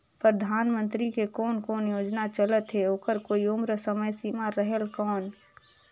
परधानमंतरी के कोन कोन योजना चलत हे ओकर कोई उम्र समय सीमा रेहेल कौन?